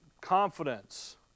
confidence